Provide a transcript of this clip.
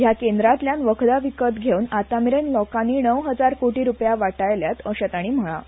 हया केंद्रातल्यान वखदा विकत घेवन आतामेरेन लोकानी णव हजार कोटी रुपया वाटयल्यात अशे ताणी म्हळा